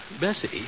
Bessie